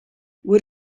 what